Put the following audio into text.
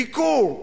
ביקור.